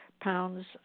pounds